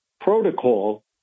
protocol